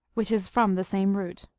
which is from the same root.